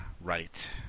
Right